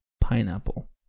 pineapple